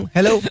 Hello